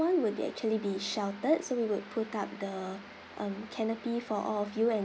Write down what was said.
one will be actually be sheltered so we would put up the um canopy for all of you and